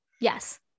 Yes